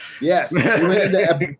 yes